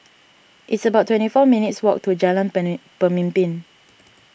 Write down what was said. it's about twenty four minutes' walk to Jalan Pemimpin